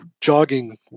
jogging